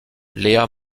léa